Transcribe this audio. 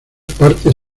parte